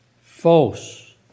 False